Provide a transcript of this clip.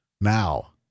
Now